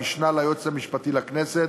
המשנה ליועץ המשפטי לכנסת,